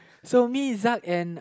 so me Zak and